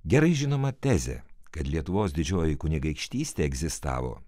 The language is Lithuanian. gerai žinoma tezė kad lietuvos didžioji kunigaikštystė egzistavo